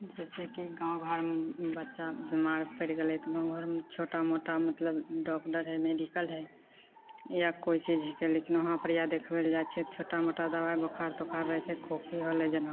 जैसेकी गाँवघरमे बच्चा बिमार पड़ि गेलै तऽ गाँव घरमे छोटामोटा मतलब डाक्टर है मेडिकल है या कोइ चीजके लेकिन वहाँ पर या देखबै लए जाइत छै छोटा मोटा दबाइ बोखार तोखार रहैत छै खोखी होलै जेना